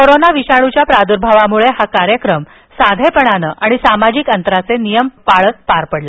corona विषाणूच्या प्रादुर्भावामुळे हा कार्यक्रम साधेपणाने आणि सामाजिक अंतराचे नियम पळत पार पडला